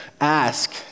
ask